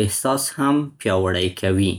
احساس هم پیاوړی کوي.